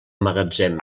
magatzem